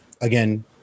again